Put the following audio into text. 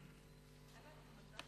בבקשה.